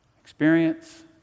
experience